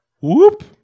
Whoop